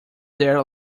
there